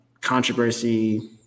controversy